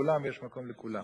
הם נהיים כל כך קשורים אליהם,